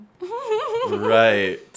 Right